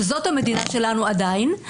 שזאת המדינה שלנו עדיין,